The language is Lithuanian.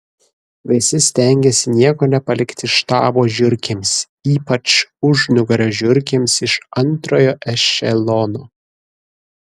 visi stengėsi nieko nepalikti štabo žiurkėms ypač užnugario žiurkėms iš antrojo ešelono